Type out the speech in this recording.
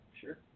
sure